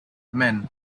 men